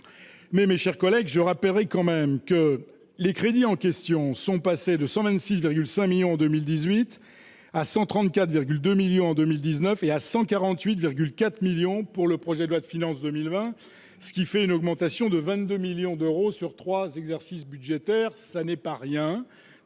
mais mes chers collègues, je rappellerai quand même que les crédits en question sont passés de 126,5 millions en 2018 à 134,2 millions en 2000 19 et à 148,4 millions pour le projet de loi de finances 2020, ce qui fait une augmentation de 22 millions d'euros sur 3 exercices budgétaires, ça n'est pas rien,